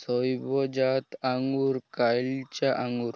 সইবজা আঙ্গুর, কাইলচা আঙ্গুর